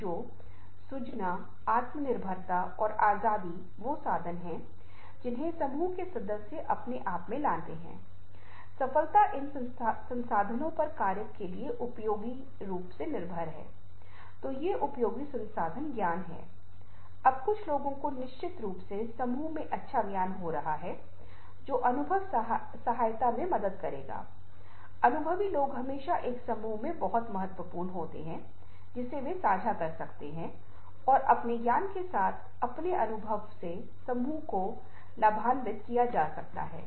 अब इनमें कई दिलचस्प निहितार्थ हो सकते हैं वे बहुत शक्तिशाली रूप से हमारे दिमाग में हेरफेर कर सकते हैं और दिलचस्प रूप से आप देखते हैं कि विभिन्न फिल्मों में विशेष रूप से कई फिल्मों में जब आप क्रेडिट देख रहे होते हैं तो शुरुआती क्रेडिट जो आपको लगता है कि एनिमेशन का उपयोग किया जाता है और वे संवाद करने का प्रबंधन करते हैं